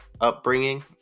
upbringing